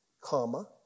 comma